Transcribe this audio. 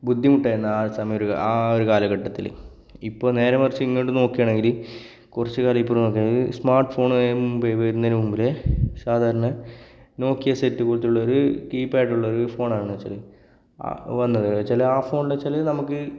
ബുദ്ധിമുട്ടായിരുന്നു ആ ഒരു സമയ ആ ഒരു കാലഘട്ടത്തിൽ ഇപ്പോൾ നേരെ മറിച്ച് ഇങ്ങോട്ട് നോക്കുകയാണെങ്കിൽ കുറച്ച് ഇപ്പോൾ നോക്കണമെങ്കിൽ സ്മാര്ട്ട് ഫോൺ മുൻപ് വരുന്നതിനു മുൻപിലെ സാധാരണ നോക്കിയാ സെറ്റ് പോലത്തെയുള്ളൊരു കീപ്പാടുള്ളൊരു ഫോൺ ആണെന്നു വെച്ചാൽ വന്നത് എന്നു വെച്ചാൽ ആ ഫോൺ എന്നു വെച്ചാൽ നമുക്ക്